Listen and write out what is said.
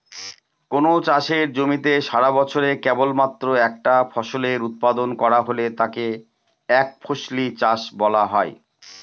কোনো চাষের জমিতে সারাবছরে কেবলমাত্র একটা ফসলের উৎপাদন করা হলে তাকে একফসলি চাষ বলা হয়